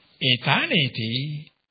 eternity